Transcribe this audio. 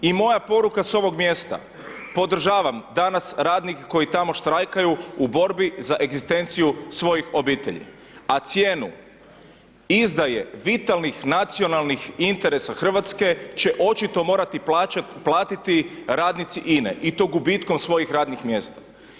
I moja poruka sa ovog mjesta, podržavam danas radnike koji tamo štrajkaju u borbi za egzistenciju svojih obitelji a cijenu izdaje vitalnih nacionalnih interesa Hrvatske će očito morati platiti radnici INA-e i to gubitkom svojih radnih mjesta.